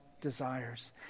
desires